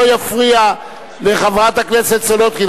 לא יפריע לחברת הכנסת סולודקין.